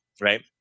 right